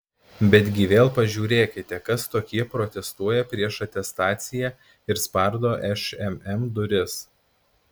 betgi vėl pažiūrėkite kas tokie protestuoja prieš atestaciją ir spardo šmm duris